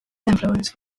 influence